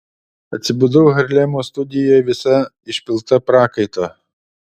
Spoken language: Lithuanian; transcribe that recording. atsibudau harlemo studijoje visa išpilta prakaito